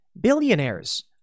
Billionaires